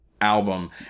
album